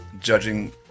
judging